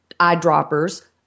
eyedroppers